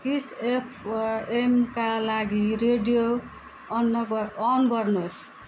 kiss F एमका लागि radio अन्न अन गर्नुहोस्